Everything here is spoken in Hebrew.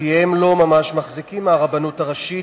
כי הם לא ממש מחזיקים מהרבנות הראשית,